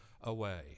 away